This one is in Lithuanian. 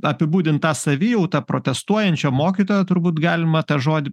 apibūdint tą savijautą protestuojančio mokytojo turbūt galima tą žodį